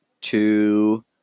two